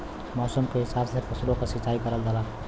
मौसम के हिसाब से फसलो क सिंचाई करल जाला